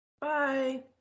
bye